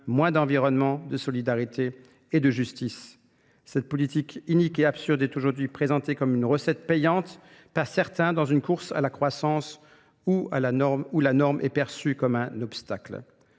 moins d'environnement, de solidarité et de justice. Cette politique unique et absurde est aujourd'hui présentée comme une recette payante, pas certaine dans une course à la croissance ou où la norme est perçue comme un obstacle.